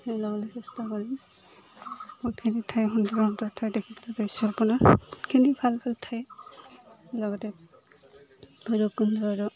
সেই ল'বলৈ চেষ্টা কৰিম বহুতখিনি ঠাই সুন্দৰ সুন্দৰ ঠাই দেখিবলৈ পাইছো আপোনাৰ বহুতখিনি ভাল ভাল ঠাই লগতে ভৈৰৱকুণ্ড আৰু